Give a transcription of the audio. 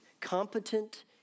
competent